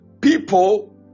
People